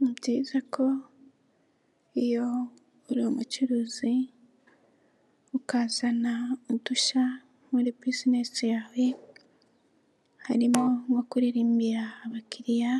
Ni byiza ko iyo uri umucuruzi ukazana udushya muri Business yawe harimo nko kuririmbira abakiriya